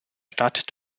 stadt